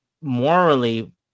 morally